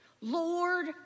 Lord